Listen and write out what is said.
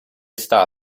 sta